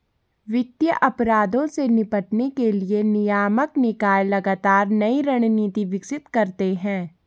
वित्तीय अपराधों से निपटने के लिए नियामक निकाय लगातार नई रणनीति विकसित करते हैं